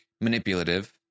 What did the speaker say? manipulative